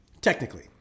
Technically